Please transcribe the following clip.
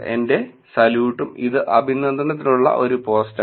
എന്റെ സല്യൂട്ടും ഇത് അഭിനന്ദനത്തിനുള്ള ഒരു പോസ്റ്റാണ്